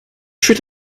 should